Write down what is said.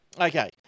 okay